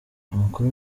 amakuru